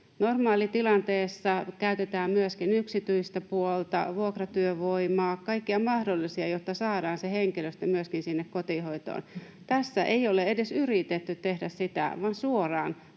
Normaalitilanteessa käytetään myöskin yksityistä puolta, vuokratyövoimaa, kaikkia mahdollisia, jotta saadaan se henkilöstö myöskin sinne kotihoitoon. Tässä ei ole edes yritetty tehdä sitä, vaan suoraan